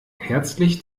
herzlich